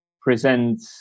present